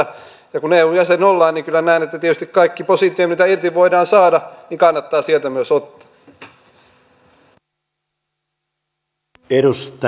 ja kun eun jäsen olemme niin kyllä näen että tietysti kaikki positiivinen mitä irti voidaan saada kannattaa sieltä myös ottaa